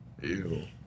Ew